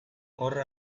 horra